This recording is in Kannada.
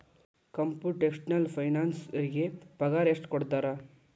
ಕಂಪುಟೆಷ್ನಲ್ ಫೈನಾನ್ಸರಿಗೆ ಪಗಾರ ಎಷ್ಟ್ ಕೊಡ್ತಾರ?